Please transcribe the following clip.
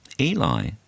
Eli